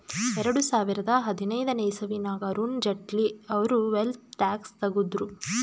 ಎರಡು ಸಾವಿರದಾ ಹದಿನೈದನೇ ಇಸವಿನಾಗ್ ಅರುಣ್ ಜೇಟ್ಲಿ ಅವ್ರು ವೆಲ್ತ್ ಟ್ಯಾಕ್ಸ್ ತಗುದ್ರು